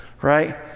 right